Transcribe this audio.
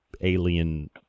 alien